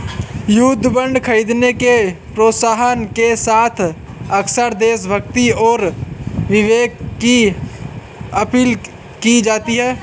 युद्ध बांड खरीदने के प्रोत्साहन के साथ अक्सर देशभक्ति और विवेक की अपील की जाती है